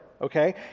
okay